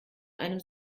einem